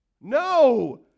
no